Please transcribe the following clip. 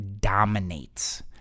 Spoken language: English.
dominates